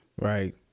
Right